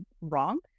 wrong